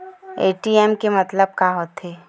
ATM के मतलब का होथे?